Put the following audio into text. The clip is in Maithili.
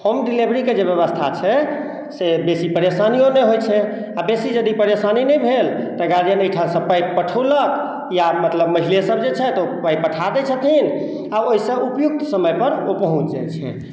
होम डिलेवरीके जे व्यवस्था छै से बेसी परेशानियो नहि होइ छै आओर बेसी यदि परेशानी नहि भेल तऽ गार्जियन अइठामसँ पाइ पठौलक या मतलब महिले सब जे छथि पाइ पठा दै छथिन आओर ओइसँ उपयुक्त समयपर ओ पहुँच जाइ छै